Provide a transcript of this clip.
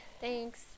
thanks